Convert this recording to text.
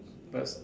best